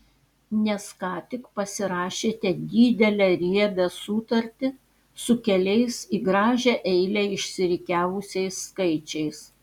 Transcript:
nes ką tik pasirašėte didelę riebią sutartį su keliais į gražią eilę išsirikiavusiais skaičiais